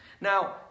now